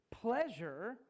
pleasure